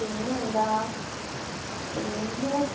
പിന്നെ എന്താണ് പിന്നെ